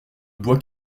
bois